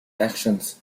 actions